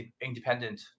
independent